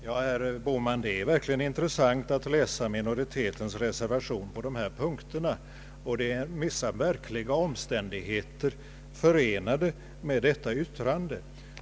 Herr talman! Det är verkligen intressant att läsa reservationen på dessa punkter, och det är vissa märkliga omständigheter förenade med detta uttalande.